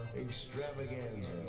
extravaganza